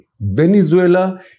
Venezuela